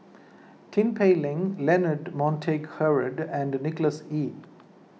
Tin Pei Ling Leonard Montague Harrod and Nicholas Ee